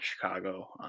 chicago